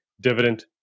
Dividend